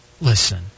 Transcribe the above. Listen